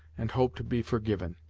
and hope to be forgiven.